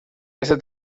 este